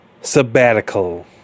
sabbatical